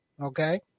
Okay